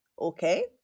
Okay